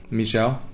Michelle